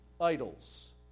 idols